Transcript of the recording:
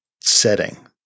setting